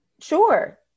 Sure